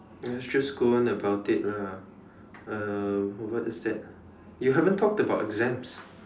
let's just go on about it lah uh what is that you haven't talked about exams